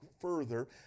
further